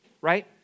right